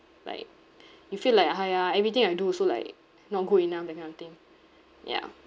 like you feel like !haiya! everything I do also like not good enough that kind of thing yeah